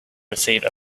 receive